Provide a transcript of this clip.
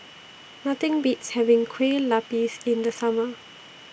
Nothing Beats having Kueh Lupis in The Summer